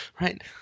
right